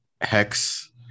hex